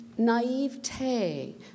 Naivete